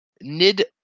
Nid